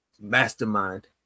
Mastermind